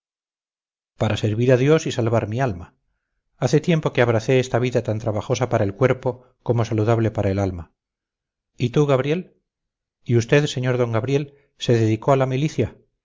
para servir a dios y salvar mi alma hace tiempo que abracé esta vida tan trabajosa para el cuerpo como saludable para el alma y tú gabriel y usted sr d gabriel se dedicó a la milicia